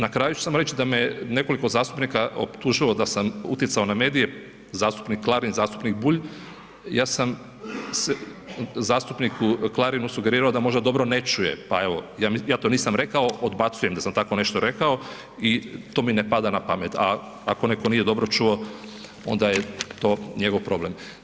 Na kraju ću samo reći da me nekoliko zastupnika optužilo da sam utjecao na medije, zastupnik Klarin, zastupnik Bulj, ja sam se zastupniku Klarinu sugerirao da možda dobro ne čuje, pa evo ja to nisam rekao odbacujem da sam tako nešto rekao i to mi ne pada na pamet, a ako netko nije dobro čuo onda je to njegov problem.